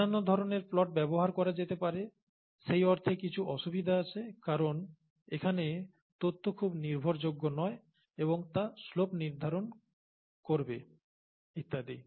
অন্যান্য ধরনের প্লট ব্যবহার করা যেতে পারে সেই অর্থে কিছু অসুবিধা আছে কারণ এখানে তথ্য খুব নির্ভরযোগ্য নয় এবং তা শ্লোপ নির্ধারণ করবে ইত্যাদি